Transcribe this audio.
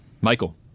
Michael